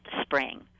spring